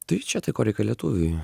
tai čia tai ko reikia lietuviui